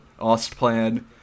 Ostplan